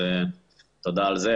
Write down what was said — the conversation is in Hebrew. אז תודה על זה.